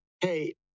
hey